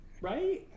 right